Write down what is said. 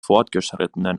fortgeschrittenen